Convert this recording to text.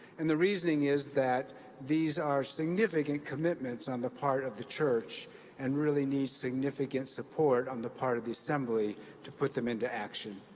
and the reasoning is that these are significant commitments on the part of the church and really need significant support on the part of the assembly to put them into action.